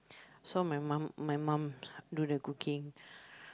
so my mum my mum do the cooking